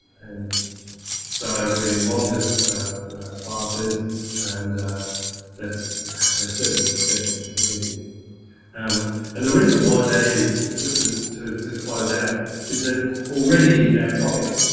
and so we're getting longer fire seasons and it's certainly the expense of the community and and the reason why that is just ah to to close out is that already our and tropics